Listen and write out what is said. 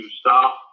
stop